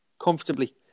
comfortably